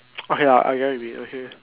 okay ah I never been okay